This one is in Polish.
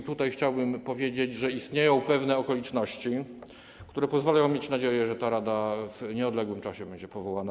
I tu chciałbym powiedzieć, że istnieją pewne okoliczności, które pozwalają mieć nadzieję, że ta rada w nieodległym czasie będzie powołana.